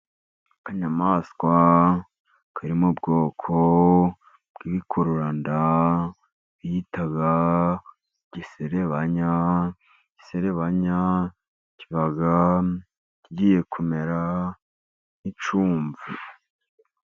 Akanyamaswa kari mu bwoko bw'ibikururanda kitwa igiserebanya. Igiserebanya kiba kigiye kumera nk'icyumvu.